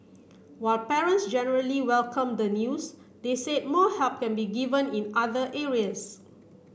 while parents generally welcomed the news they said more help can be given in other areas